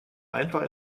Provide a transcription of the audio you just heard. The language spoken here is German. einfach